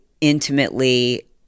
intimately